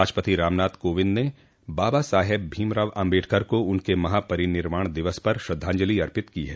राष्ट्रपति रामनाथ कोविंद ने बाबा साहेब भीमराव आम्बेडकर को उनके महापरिनिर्वाण दिवस पर श्रद्धांजलि अर्पित की है